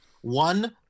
one